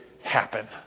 happen